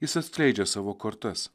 jis atskleidžia savo kortas